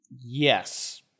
Yes